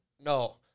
no